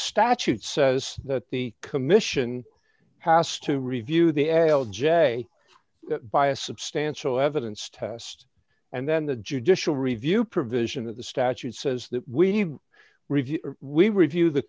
statute says that the commission has to review the l j by a substantial evidence test and then the judicial review provision of the statute says that we review we review the